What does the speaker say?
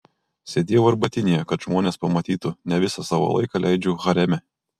sėdėjau arbatinėje kad žmonės pamatytų ne visą savo laiką leidžiu hareme